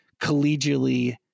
collegially